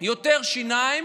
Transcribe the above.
יותר שיניים